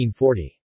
1940